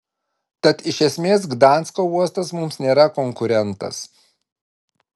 tad iš esmės gdansko uostas mums nėra konkurentas